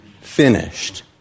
finished